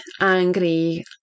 angry